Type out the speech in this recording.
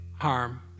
harm